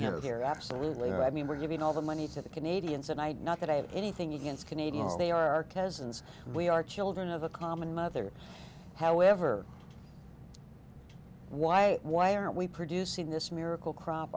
here here absolutely i mean we're giving all the money to the canadians and i'd not that i have anything against canadians they are cousins we are children of a common mother however why why are we producing this miracle crop